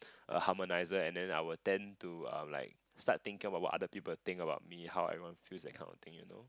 a harmonizer and then I will tend to err like start thinking about what other people think about me how everyone feels that kind of thing you know